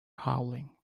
howling